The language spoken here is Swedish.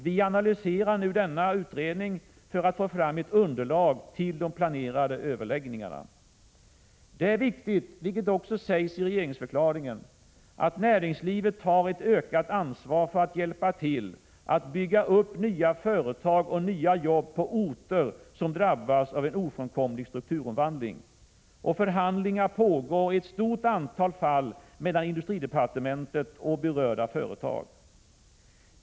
Vi analyserar nu denna utredning för att få fram ett underlag till de planerade överläggningarna. Det är viktigt, vilket också sägs i regeringsförklaringen, att näringslivet tar ett ökat ansvar för att hjälpa till att bygga upp nya företag och nya jobb på orter som drabbas av en ofrånkomlig strukturomvandling. Förhandlingar pågår i ett stort antal fall mellan industridepartementet och berörda företag.